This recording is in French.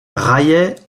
raillait